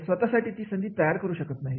स्वतःसाठी ती संधी तयार करू शकत नाहीत